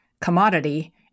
commodity